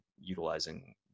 utilizing